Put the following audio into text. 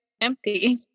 empty